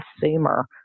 consumer